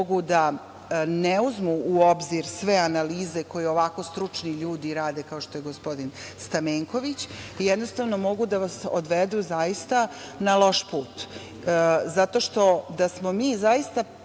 mogu da ne uzmu u obzir sve analize koje ovako stručni ljudi rade kao što je gospodin Stamenković i jednostavno mogu da vas odvedu zaista na loš put zato što da smo mi zaista